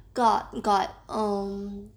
got got um